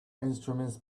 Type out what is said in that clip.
instruments